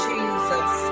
Jesus